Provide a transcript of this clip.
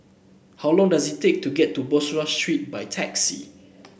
how long does it take to get to Bussorah Street by taxi